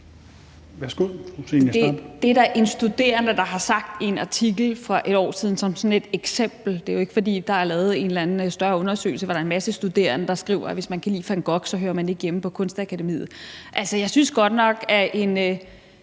Det er der en studerende, der har sagt i en artikel for et år siden som sådan et eksempel. Det er jo ikke, fordi der er lavet en eller anden større undersøgelse, hvor der er en masse studerende, der skriver, at hvis man kan lide van Gogh, så hører man ikke hjemme på Kunstakademiet. Altså, jeg synes godt nok, at det